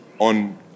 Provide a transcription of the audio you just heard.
on